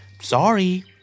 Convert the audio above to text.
Sorry